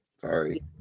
Sorry